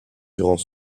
durant